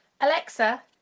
Alexa